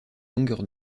longueur